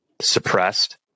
suppressed